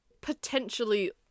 potentially